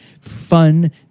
fun